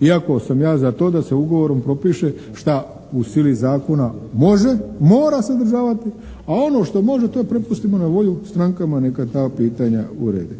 iako sam ja za to da se ugovorom propiše što u sili zakona može, mora sadržavati, a ono što može to prepustimo na volju strankama neka ta pitanja urede.